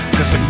Cause